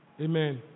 Amen